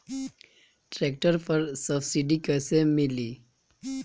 Tractor पर subsidy कैसे मिली?